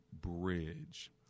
bridge